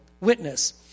witness